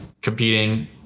competing